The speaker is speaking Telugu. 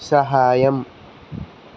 సహాయం